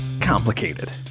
complicated